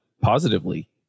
positively